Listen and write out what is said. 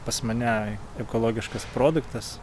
pas mane ekologiškas produktas